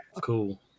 Cool